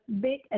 big